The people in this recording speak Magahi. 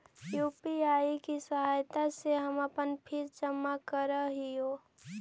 यू.पी.आई की सहायता से ही हम अपन फीस जमा करअ हियो